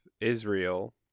Israel